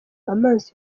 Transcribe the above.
amazi